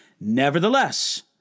Nevertheless